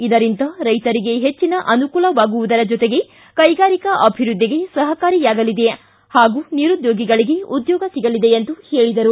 ಇದರಿಂದ ರೈತರಿಗೆ ಹೆಚ್ಚಿನ ಅನುಕೂಲವಾಗುವುದರ ಜೊತೆಗೆ ಕೈಗಾರಿಕಾ ಅಭಿವೃದ್ಧಿಗೆ ಸಹಕಾರಿಯಾಗಲಿದೆ ಹಾಗೂ ನಿರುದ್ಯೋಗಿಗಳಿಗೆ ಉದ್ಯೋಗ ಸಿಗಲಿದೆ ಎಂದು ಹೇಳಿದರು